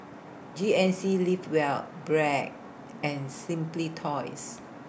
G N C Live Well Bragg and Simply Toys